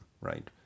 right